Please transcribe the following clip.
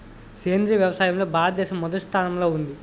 సేంద్రీయ వ్యవసాయంలో భారతదేశం మొదటి స్థానంలో ఉంది